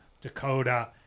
Dakota